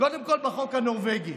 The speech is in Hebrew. קודם כול בחוק הנורבגי.